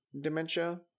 dementia